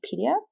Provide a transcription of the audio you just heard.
Wikipedia